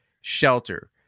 shelter